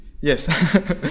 Yes